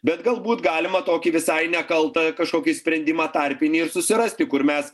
bet galbūt galima tokį visai nekaltą kažkokį sprendimą tarpinį ir susirasti kur mes